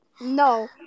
No